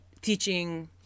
teaching